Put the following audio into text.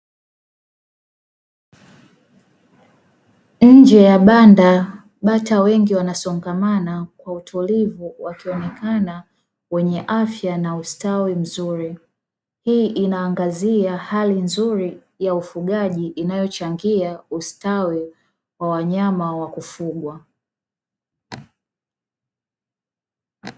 Nje ya banda bata wengi wanasongamana kwa utulivu wakionekana wenye afya na ustawi mzuri, hii inaangazia hali nzuri ya ufugaji inayochangia ustawi wa wanyama wa kufugwa.